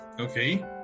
Okay